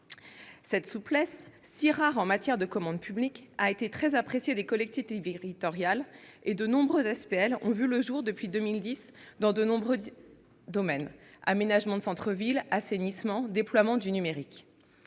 Cette souplesse, si rare en matière de commande publique, a été très appréciée des collectivités territoriales. De nombreuses SPL ont vu le jour depuis 2010 dans des domaines divers : aménagement de centre-ville, assainissement, déploiement du numérique